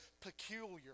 peculiar